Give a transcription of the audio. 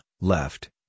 left